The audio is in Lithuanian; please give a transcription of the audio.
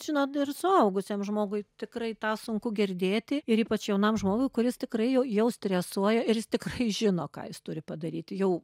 žinot ir suaugusiam žmogui tikrai tą sunku girdėti ir ypač jaunam žmogui kuris tikrai jau jau stresuoja ir jis tik žino ką jis turi padaryti jau